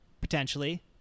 potentially